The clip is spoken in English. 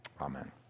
Amen